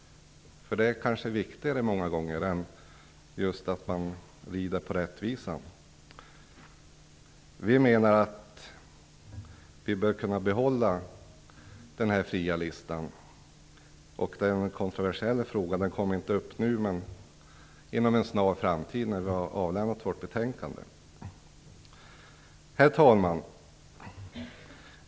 Det kan många gånger vara viktigare med solidaritet än att man rider på rättvisan. Vi menar att den fria listan bör kunna bibehållas. Det är en kontroversiell fråga, som inte kommer upp nu men inom en snar framtid efter det att vi har avlämnat vårt betänkande. Herr talman!